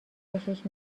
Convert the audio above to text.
خوشش